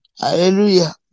hallelujah